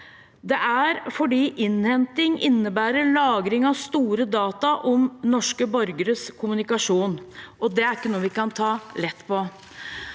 Det er fordi innhenting innebærer lagring av store data om norske borgeres kommunikasjon, og det er ikke noe vi kan ta lett på.